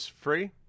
free